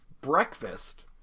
breakfast